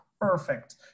perfect